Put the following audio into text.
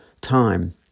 time